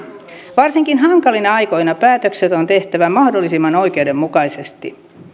varsinkin hankalina aikoina päätökset on tehtävä mahdollisimman oikeudenmukaisesti